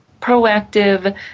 proactive